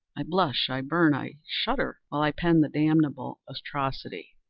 i blush, i burn, i shudder, while i pen the damnable atrocity.